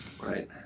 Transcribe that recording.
right